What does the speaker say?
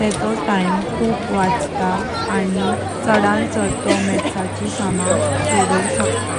तेंचो टाइम खूप वचता आनि चादन चड तो मॅथ्स ची समा सोडोव शक्त।